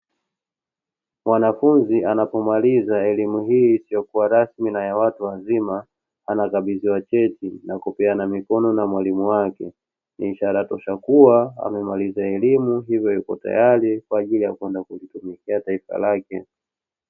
Mwanafunzi anapomaliza elimu hii isiyokuarasmi na ya watu wazima anakabidhiwa cheti na kupeana mikono na mwalimu wake. Ishara tosha ya kua amemaliza elimu hivyo yupo tayari kwa ajili ya kwenda kulitumikia taifa lake.